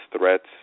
threats